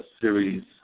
series